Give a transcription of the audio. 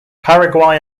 paraguay